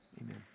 amen